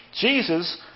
Jesus